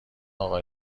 اقا